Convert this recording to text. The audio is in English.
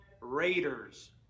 Raiders